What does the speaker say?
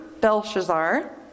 Belshazzar